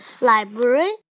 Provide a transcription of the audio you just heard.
library